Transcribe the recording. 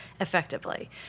effectively